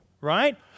right